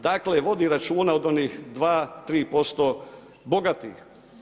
Dakle, vodi računa od onih 2-3% bogatih.